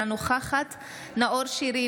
אינה נוכחת נאור שירי,